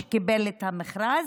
שקיבל את המכרז,